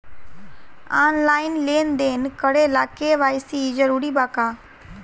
Online लेन देन करे ला के.वाइ.सी जरूरी बा का?